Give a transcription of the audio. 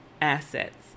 assets